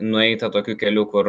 nueita tokiu keliu kur